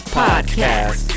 podcast